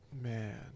Man